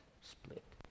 split